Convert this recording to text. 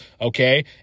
okay